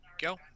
Go